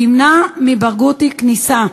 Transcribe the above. תמנע מברגותי כניסה.